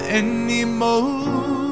anymore